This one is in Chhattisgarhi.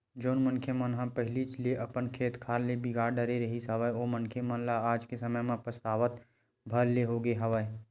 जउन मनखे मन ह पहिलीच ले अपन खेत खार ल बिगाड़ डरे रिहिस हवय ओ मनखे मन ल आज के समे म पछतावत भर ले होगे हवय